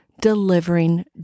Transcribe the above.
delivering